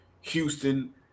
Houston